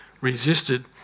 resisted